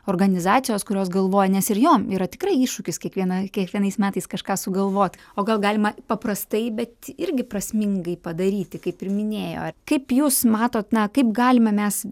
organizacijos kurios galvoja nes ir jom yra tikrai iššūkis kiekviena kiekvienais metais kažką sugalvot o gal galima paprastai bet irgi prasmingai padaryti kaip ir minėjo kaip jūs matot na kaip galime mes